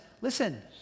listen